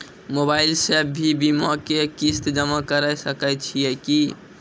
Mobile से भी बीमा के किस्त जमा करै सकैय छियै कि?